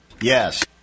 Yes